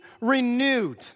renewed